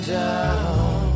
down